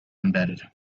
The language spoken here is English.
embedded